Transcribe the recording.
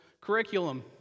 curriculum